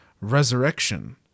Resurrection